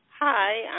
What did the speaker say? Hi